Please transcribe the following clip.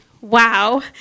Wow